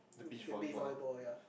be the bea~ volleyball yea